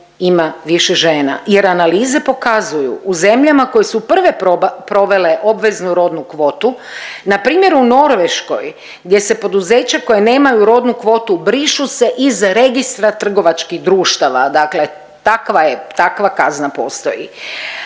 ima više žena jer analize pokazuju u zemljama koje su prve provele obveznu rodnu kvotu npr. u Norveškoj gdje se poduzeće koja nemaju rodnu kvotu brišu se iz registra trgovačkih društava, dakle takva je takva kazna postoji.